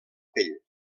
pell